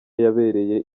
yabereye